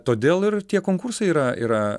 todėl ir tie konkursai yra yra